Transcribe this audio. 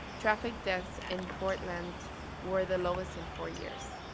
traffic death in portland were the lowest in four years.